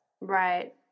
Right